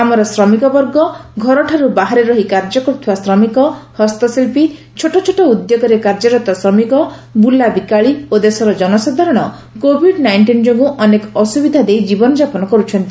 ଆମର ଶ୍ରମିକବର୍ଗ ଘରଠାରୁ ବାହାରେ ରହି କାର୍ଯ୍ୟ କରୁଥିବା ଶ୍ରମିକ ହସ୍ତଶିଳ୍ପୀ ଛୋଟଛୋଟ ଉଦ୍ୟୋଗରେ କାର୍ଯ୍ୟରତ ଶ୍ରମିକ ବୁଲାବିକାଳୀ ଓ ଦେଶର ଜନସାଧାରଣ କୋଭିଡ୍ ନାଇଂଟିନ୍ ଯୋଗୁଁ ଅନେକ ଅସୁବିଧା ଦେଇ ଜୀବନ ଯାପନ କରୁଛନ୍ତି